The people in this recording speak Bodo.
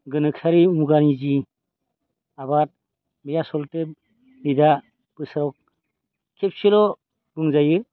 गोनोखोआरि मुगानि जि आबाद बे आसलथे बेना बोसोराव खेबसेल' बुंजायो